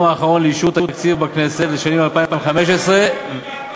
האחרון לאישור תקציב בכנסת לשנים 2015 ו-2016,